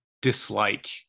dislike